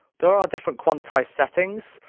there are different quantise settings.